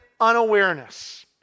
unawareness